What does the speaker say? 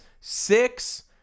six